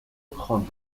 prend